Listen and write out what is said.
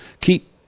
keep